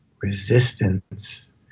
resistance